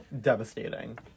devastating